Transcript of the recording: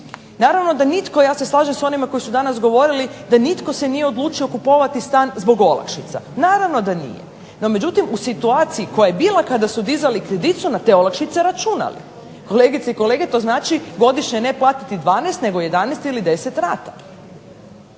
Naravno da nitko, ja se slažem s onima koji su danas govorili, da se nitko nije odlučio kupiti stan zbog olakšica. Naravno da nije. No međutim, u situaciji koja je bila kada su dizali kredit su na te olakšice računali. Kolegice i kolege to znači godišnje neplatiti 12 nego 11 ili 10 rata.